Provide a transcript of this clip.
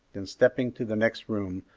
then stepping to the next room,